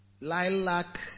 lilac